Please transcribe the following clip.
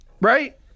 right